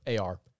AR